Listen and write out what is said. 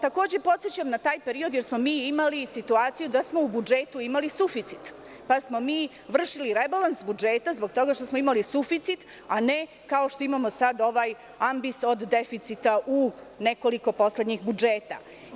Takođe podsećam na taj period jer smo mi imali situaciju da smo u budžetu imali suficit, pa smo vršili rebalans budžeta zbog toga što smo imali suficit, a ne kao što sada imamo ovaj ambis od deficita u nekoliko poslednjih budžeta.